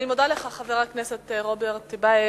אני מודה לך, חבר הכנסת רוברט טיבייב.